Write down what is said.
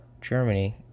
Germany